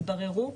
התבררו,